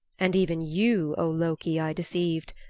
and even you, o loki, i deceived.